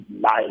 life